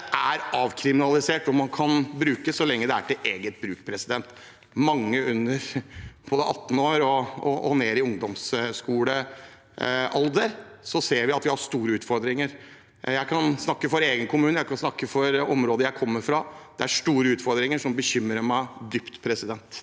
det er avkriminalisert, og at man kan bruke så lenge det er til eget bruk. Vi ser at mange under 18 år og ned i ungdomsskolealder har store utfordringer. Jeg kan snakke for egen kommune, jeg kan snakke for området jeg kommer fra: Det er store utfordringer, noe som bekymrer meg dypt. Sve in